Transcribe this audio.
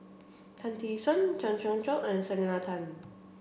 Tan Tee Suan Chen Sucheng and Selena Tan